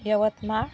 Yavatmal